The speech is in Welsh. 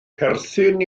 perthyn